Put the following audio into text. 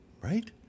right